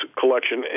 collection